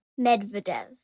Medvedev